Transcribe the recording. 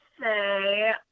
say